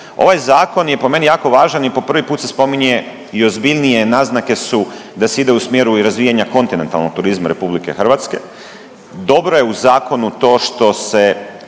Ovaj zakon je po meni jako važan i po prvi put se spominje i ozbiljnije naznake su da se ide i u smjeru i razvijanju kantonalnog turizma RH, dobro je u zakonu to što se